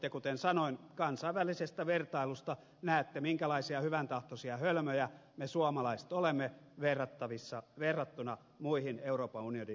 ja kuten sanoin kansainvälisestä vertailusta näette minkälaisia hyväntahtoisia hölmöjä me suomalaiset olemme verrattuna muihin euroopan unionin jäsenmaihin